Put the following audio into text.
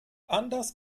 anders